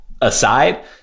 aside